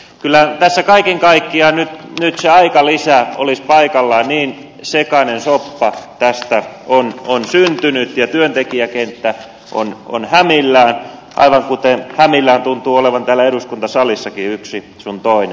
kyllä tässä kaiken kaikkiaan nyt se aikalisä olisi paikallaan niin sekainen soppa tästä on syntynyt ja työntekijäkenttä on hämillään aivan kuten hämillään tuntuu olevan täällä eduskuntasalissakin yksi sun toinen